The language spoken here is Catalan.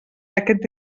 aquest